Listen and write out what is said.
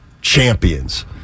champions